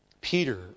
Peter